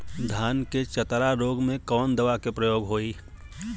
धान के चतरा रोग में कवन दवा के प्रयोग होई?